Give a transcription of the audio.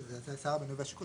כי זה שר הבינוי והשיכון.